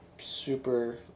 Super